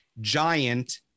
giant